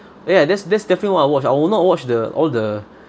ya that's that's definitely I'll watch I will not watch the all the